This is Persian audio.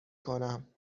کنم